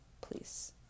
Please